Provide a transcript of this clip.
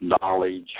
knowledge